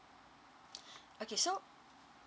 okay so